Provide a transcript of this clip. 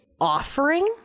offering